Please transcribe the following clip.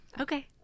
okay